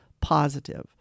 positive